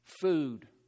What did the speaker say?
Food